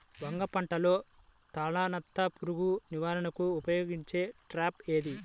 వంగ పంటలో తలనత్త పురుగు నివారణకు ఉపయోగించే ట్రాప్ ఏది?